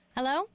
Hello